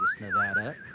Nevada